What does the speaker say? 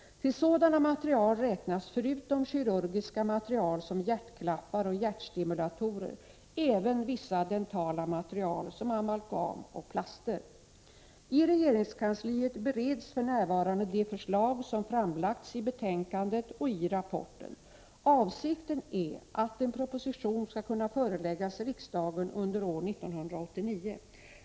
Till sådana material räknas, förutom kirurgiska material som hjärtklaffar och hjärtstimulatorer, även vissa dentala material som amalgam och plaster. I regeringskansliet bereds för närvarande de förslag som framlagts i betänkandet och i rapporten. Avsikten är att en proposition skall kunna föreläggas riksdagen under år 1989.